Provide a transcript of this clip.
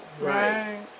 Right